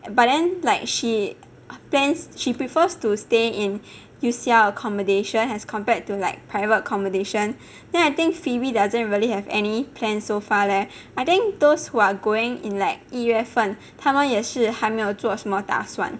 but then like she plans she prefers to stay in U_C_L accommodation as compared to like private accommodation then I think phoebe doesn't really have any plan so far leh I think those who are going in like 一月份他们也是还没有做什么打算